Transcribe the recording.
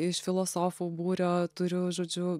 iš filosofų būrio turiu žodžiu